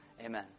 Amen